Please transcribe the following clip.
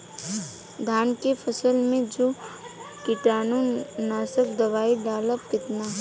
धान के फसल मे जो कीटानु नाशक दवाई डालब कितना?